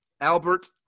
Albert